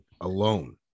alone